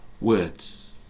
words